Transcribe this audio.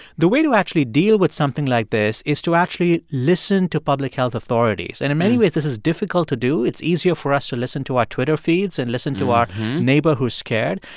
the way to actually deal with something like this is to actually listen to public health authorities. and in many ways, this is difficult to do. it's easier for us to listen to our twitter feeds and listen to our neighbor who's scared.